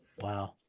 wow